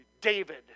David